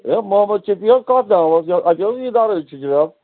A Mohammad Shafi حظ کَتھ ناوَس یہِ اَتہِ حظ یہِ دَرٕج چھُ جِناب